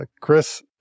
Chris